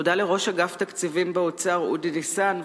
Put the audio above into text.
תודה לראש אגף תקציבים באוצר אודי ניסן,